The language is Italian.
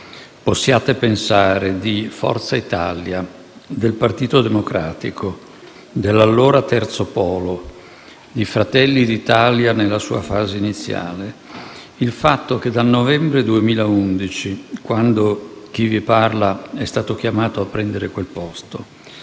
possiate pensare di Forza Italia, del Partito Democratico, dell'allora Terzo Polo e di Fratelli d'Italia nella sua fase iniziale, il fatto che dal novembre 2011, quando chi vi parla è stato chiamato a prendere quel posto,